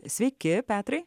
sveiki petrai